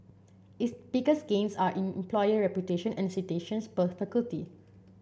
its biggest gains are in employer reputation and citations per faculty